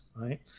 right